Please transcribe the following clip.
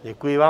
Děkuji vám.